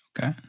okay